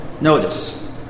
notice